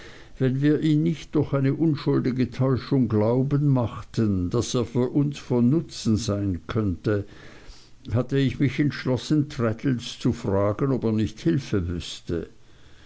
wenn wir ihn nicht durch eine unschuldige täuschung glauben machten daß er für uns von nutzen sein könne hatte ich mich entschlossen traddles zu fragen ob er nicht hilfe wüßte